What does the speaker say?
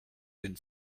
den